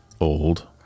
old